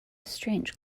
strange